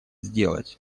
сделать